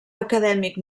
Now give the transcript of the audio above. acadèmic